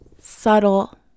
subtle